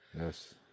Yes